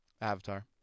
Avatar